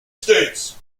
states